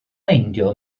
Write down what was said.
meindio